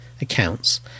accounts